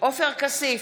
עופר כסיף,